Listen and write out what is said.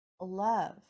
love